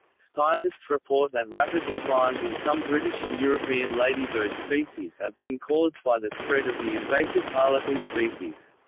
scientists report that rapid declines in some british and european ladybird species are being caused by the spread of the invasive harlequin species.